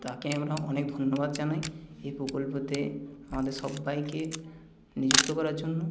তাকে আমরা অনেক ধন্যবাদ জানাই এই প্রকল্পতে আমাদের সব্বাইকে নিযুক্ত করার জন্য